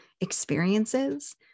experiences